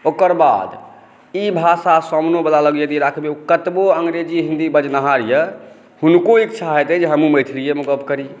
ओकर बाद ई भाषा सामनेवला लग यदि राखि दिऔ ओ कतबौ हिंदी अंग्रेजी बजनिहार यऽ हुनको इच्छा हेतनि जे हमहुँ मैथिलियेमे गप करी